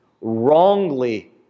wrongly